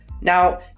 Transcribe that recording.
Now